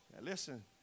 Listen